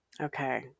Okay